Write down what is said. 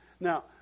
Now